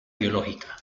biológica